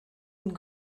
and